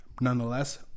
Nonetheless